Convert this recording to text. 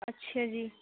اچھا جی